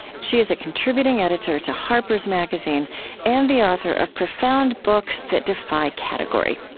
she is a contributing editor to harper's magazine and the author of profound books that defy category.